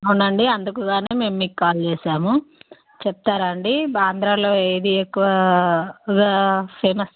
అవునండి అందుకు గానే మేము మీకు కాల్ చేసాము చెప్తారా అండి ఆంధ్రాలో ఏది ఎక్కువగా ఫేమస్